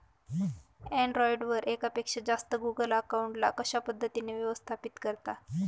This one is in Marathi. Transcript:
अँड्रॉइड वर एकापेक्षा जास्त गुगल अकाउंट ला कशा पद्धतीने व्यवस्थापित करता?